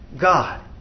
God